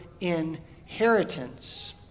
inheritance